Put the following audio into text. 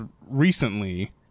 recently